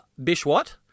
Bishwat